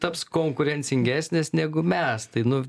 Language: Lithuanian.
taps konkurencingesnės negu mes tai nu